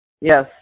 Yes